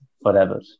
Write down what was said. forever